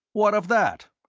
what of that?